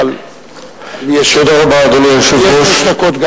אבל גם אם זה יהיה שש דקות,